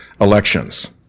elections